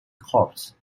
corps